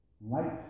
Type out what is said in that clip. Light